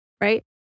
right